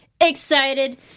Excited